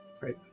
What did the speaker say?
right